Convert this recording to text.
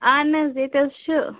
اہن حظ ییٚتہِ حظ چھ